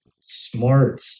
smart